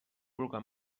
vulga